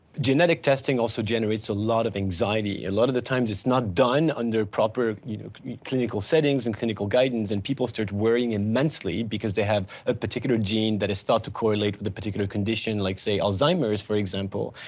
genetic testing also generates a lot of anxiety. a lot of the times it's not done under proper you know clinical settings and clinical guidance, and people start worrying immensely, because they have a particular gene that is thought to correlate with a particular condition like say, alzheimer's, for example.